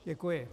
Děkuji.